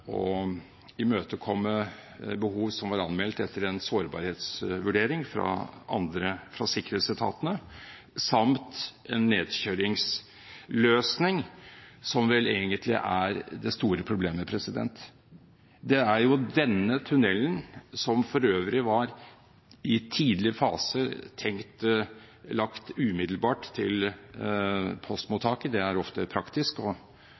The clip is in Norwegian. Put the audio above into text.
behov som var meldt etter en sårbarhetsvurdering fra sikkerhetsetatene, samt en nedkjøringsløsning, som vel egentlig er det store problemet. Det er denne tunnelen som for øvrig i tidlig fase var tenkt lagt umiddelbart til postmottaket – det er ofte praktisk